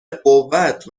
قوت